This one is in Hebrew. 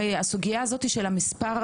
הרי הסוגיה של המספר,